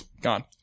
gone